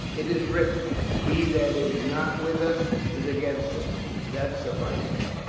it is written he that is not with us, is against us that suffices.